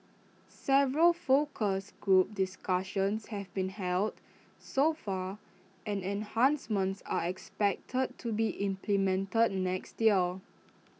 several focus group discussions have been held so far and enhancements are expected to be implemented next year